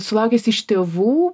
sulaukęs iš tėvų